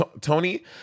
Tony